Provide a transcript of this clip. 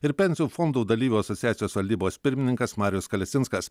ir pensijų fondų dalyvių asociacijos valdybos pirmininkas marijus kalesinskas